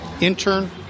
intern